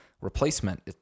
replacement